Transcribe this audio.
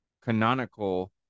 canonical